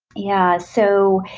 yeah. so,